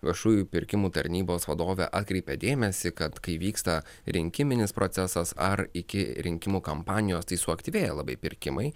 viešųjų pirkimų tarnybos vadovė atkreipė dėmesį kad kai vyksta rinkiminis procesas ar iki rinkimų kampanijos tai suaktyvėja labai pirkimai